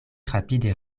rapide